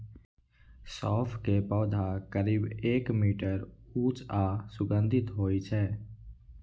सौंफ के पौधा करीब एक मीटर ऊंच आ सुगंधित होइ छै